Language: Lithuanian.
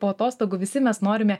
po atostogų visi mes norime